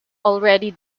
already